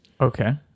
Okay